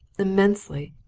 immensely!